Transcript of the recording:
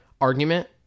argument